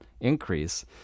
increase